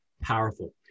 powerful